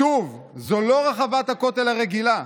"שוב, זו לא רחבת הכותל הרגילה.